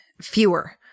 Fewer